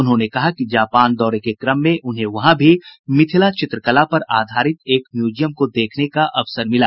उन्होंने कहा कि जापान दौरे के क्रम में उन्हें वहां भी मिथिला चित्रकला पर आधारित एक म्यूजियम देखने का अवसर मिला